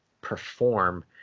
perform